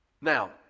Now